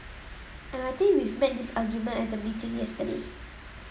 and I think we made this argument at the meeting yesterday